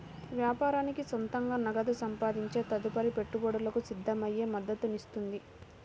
వ్యాపారానికి సొంతంగా నగదు సంపాదించే తదుపరి పెట్టుబడులకు సిద్ధమయ్యే మద్దతునిస్తుంది